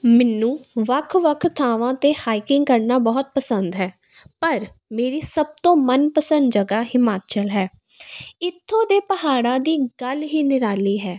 ਮੈਨੂੰ ਵੱਖ ਵੱਖ ਥਾਵਾਂ 'ਤੇ ਹਾਈਕਿੰਗ ਕਰਨਾ ਬਹੁਤ ਪਸੰਦ ਹੈ ਪਰ ਮੇਰੀ ਸਭ ਤੋਂ ਮਨ ਪਸੰਦ ਜਗ੍ਹਾ ਹਿਮਾਚਲ ਹੈ ਇੱਥੋਂ ਦੇ ਪਹਾੜਾਂ ਦੀ ਗੱਲ ਹੀ ਨਿਰਾਲੀ ਹੈ